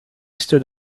stood